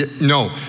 no